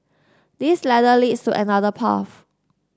this ladder leads to another path